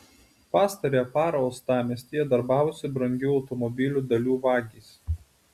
pastarąją parą uostamiestyje darbavosi brangių automobilių dalių vagys